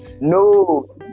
No